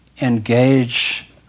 engage